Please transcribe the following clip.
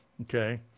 Okay